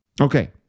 Okay